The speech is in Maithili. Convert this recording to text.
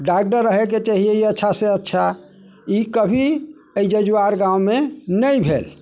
डॉक्टर रहैके चाहिए अच्छासँ अच्छा ई कभी एहि जजुआर गाममे नहि भेल